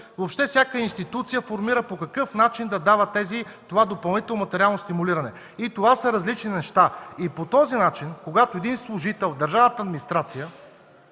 Въобще всяка институция формира по какъв начин да дава това допълнително материално стимулиране, и това са различни неща. По този начин, когато служител от държавната администрация